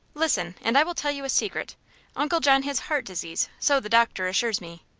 listen, and i will tell you a secret uncle john has heart disease, so the doctor assures me.